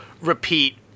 repeat